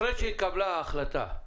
אחרי שהתקבלה ההחלטה,